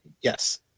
Yes